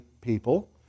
people